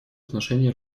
отношении